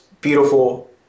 beautiful